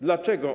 Dlaczego?